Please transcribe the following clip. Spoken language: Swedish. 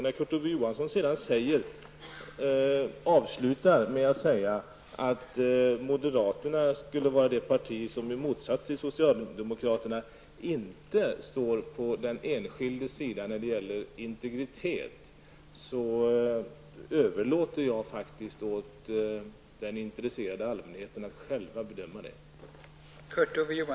När Kurt Ove Johansson sedan avslutar med att säga att moderaterna skulle vara det parti som i motsats till socialdemokraterna inte står på den enskildes sida när det gäller integriteten, överlåter jag faktiskt åt den intresserade allmänheten att själv bedöma detta.